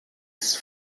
ist